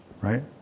Right